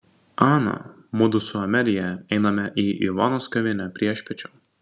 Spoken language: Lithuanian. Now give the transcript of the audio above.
ana mudu su amelija einame į ivonos kavinę priešpiečių